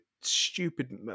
stupid